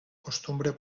costumbre